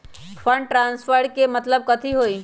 Fund transfer के मतलब कथी होई?